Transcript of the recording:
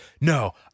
no